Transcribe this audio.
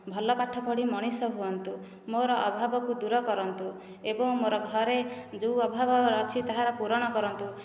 ଭଲ ପାଠ ପଢ଼ି ମଣିଷ ହୁଅନ୍ତୁ ମୋର ଅଭାବକୁ ଦୂର କରନ୍ତୁ ଏବଂ ମୋର ଘରେ ଯେଉଁ ଅଭାବ ଅଛି ତାହାର ପୂରଣ କରନ୍ତୁ